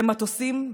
במטוסים,